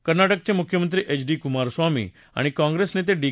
कर्नाटकचे मुख्यमधीीएच डी कुमारस्वामी आणि काँग्रेस नेते डी